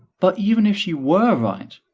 but even if she were right,